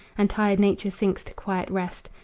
and tired nature sinks to quiet rest,